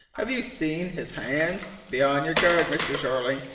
have you seen his hands? be on your guard, mr. jeorling,